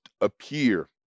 appear